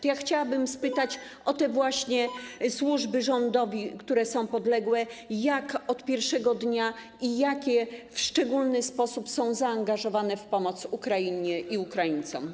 To ja chciałabym spytać o te właśnie służby, które są podległe rządowi, jak od pierwszego dnia i jakie w szczególny sposób są zaangażowane w pomoc Ukrainie i Ukraińcom.